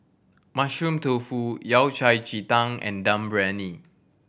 Mushroom Tofu Yao Cai ji tang and Dum Briyani